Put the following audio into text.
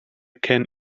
can